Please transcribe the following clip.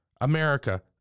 America